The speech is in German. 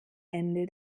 ende